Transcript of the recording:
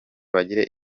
bagire